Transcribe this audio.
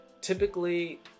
Typically